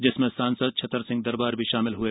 जिसमें सांसद छतरसिंह दरबार भी शामिल हुए